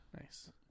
Nice